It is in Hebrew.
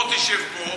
בוא תשב פה.